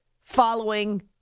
following